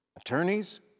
attorneys